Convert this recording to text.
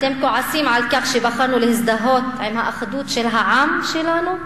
אתם כועסים על כך שבחרנו להזדהות עם האחדות של העם שלנו?